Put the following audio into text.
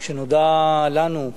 כשנודע לנו,